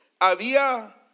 había